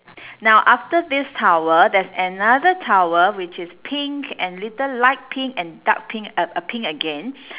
now after this towel there's another towel which is pink and little light pink and dark pink a a pink again